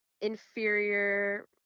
inferior